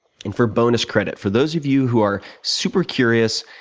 and for bonus credit, for those of you who are super curious,